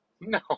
No